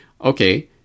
okay